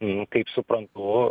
nu kaip suprantu